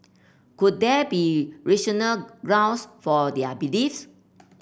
could there be rational grounds for their beliefs